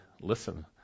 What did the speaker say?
listen